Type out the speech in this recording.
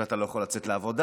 ואתה לא יכול לצאת לעבודה,